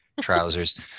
trousers